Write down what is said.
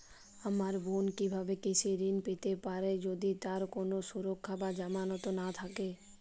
আমার বোন কীভাবে কৃষি ঋণ পেতে পারে যদি তার কোনো সুরক্ষা বা জামানত না থাকে?